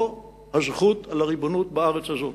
לא הזכות על הריבונות בארץ הזאת.